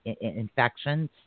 infections